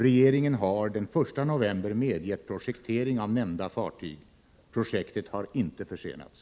Regeringen har den 1 november medgett projektering av nämnda fartyg. Projektet har inte försenats.